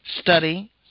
study